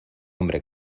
hombre